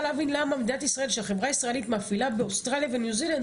להבין למה מדינת ישראל שהחברה ישראלית מפעילה באוסטרליה וניו זילנד,